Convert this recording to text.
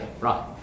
Right